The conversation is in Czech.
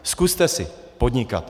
Zkuste si podnikat.